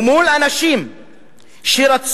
מול אנשים שהשתמשו